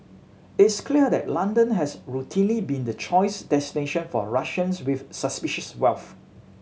it is clear that London has routinely been the choice destination for Russians with suspicious wealth